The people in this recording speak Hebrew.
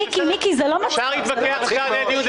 אבל עדיין --- זה לא מצחיק, תכבדו אותו.